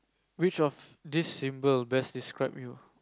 which of these symbol best describe you